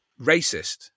racist